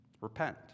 Repent